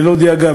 ללא דאגה,